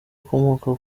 akomoka